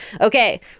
Okay